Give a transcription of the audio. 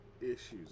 issues